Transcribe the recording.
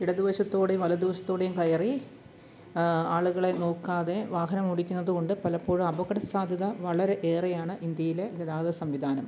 ഇടത് വശത്തു കൂടെയും വലത് വശത്തു കൂടെയും കയറി ആളുകളെ നോക്കാതെ വാഹനം ഓടിക്കുന്നത് കൊണ്ട് പലപ്പോഴും അപകട സാധ്യത വളരെ ഏറെയാണ് ഇന്ത്യയിലെ ഗതാഗത സംവിധാനം